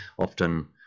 often